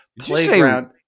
playground